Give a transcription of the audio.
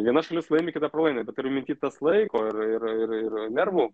viena šalis laimi kita pralaimi bet turiu minty tas laiko ir ir ir ir ir nervų